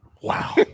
Wow